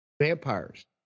vampires